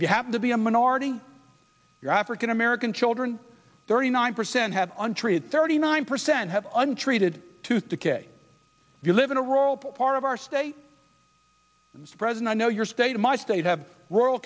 you happen to be a minority african american children thirty nine percent have untreated thirty nine percent have untreated tooth decay you live in a rural part of our state president i know your state in my state have rural